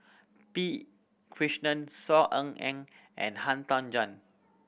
P Krishnan Saw Ean Ang and Han Tan Juan